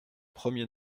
premier